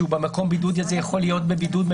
שבמקום הבידוד הזה הוא יכול להיות בבידוד,